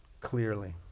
clearly